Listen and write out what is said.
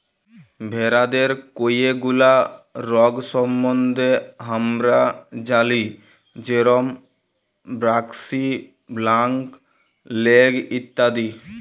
ভেরাদের কয়ে গুলা রগ সম্বন্ধে হামরা জালি যেরম ব্র্যাক্সি, ব্ল্যাক লেগ ইত্যাদি